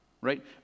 right